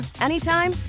anytime